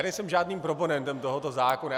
Nejsem žádným proponentem tohoto zákona.